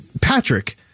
Patrick